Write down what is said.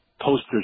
posters